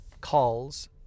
calls